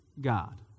God